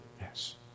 Yes